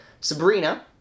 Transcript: Sabrina